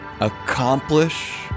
accomplish